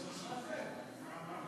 שלוש דקות.